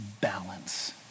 balance